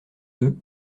deux